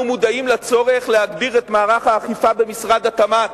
אנחנו מודעים לצורך להגביר את מערך האכיפה במשרד התמ"ת.